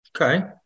Okay